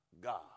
God